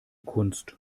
kunst